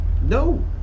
No